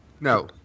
No